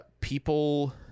people